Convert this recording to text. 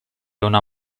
una